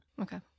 Okay